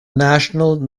national